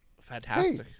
Fantastic